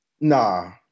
Nah